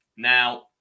Now